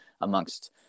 amongst